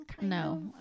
No